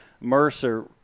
mercer